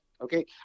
Okay